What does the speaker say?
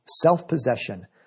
self-possession